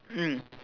mm